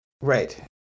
Right